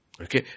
Okay